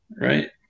Right